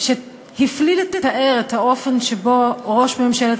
שהפליא לתאר את האופן שבו ראש ממשלת